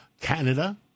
Canada